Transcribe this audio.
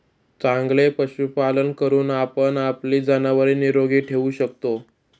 चांगले पशुपालन करून आपण आपली जनावरे निरोगी ठेवू शकतो